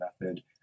method